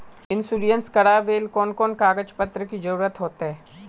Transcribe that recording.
Insurance करावेल कोन कोन कागज पत्र की जरूरत होते?